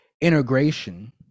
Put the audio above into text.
integration